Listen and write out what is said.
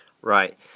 Right